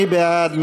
מי בעד?